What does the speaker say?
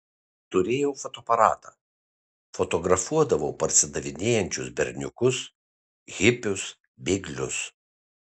turėjau fotoaparatą fotografuodavau parsidavinėjančius berniukus hipius bėglius